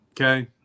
okay